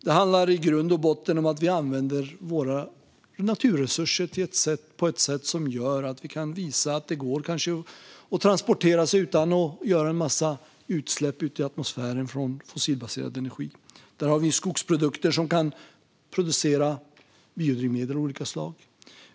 Det handlar i grund och botten om att vi använder våra naturresurser på ett sätt som gör att vi kan visa att det kanske går att transportera sig utan att skapa en massa utsläpp ute i atmosfären från fossilbaserad energi. Vi har skogsprodukter som kan bli biodrivmedel av olika slag.